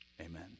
amen